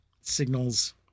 signals